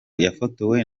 yafotowe